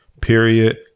period